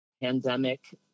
pandemic